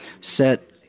Set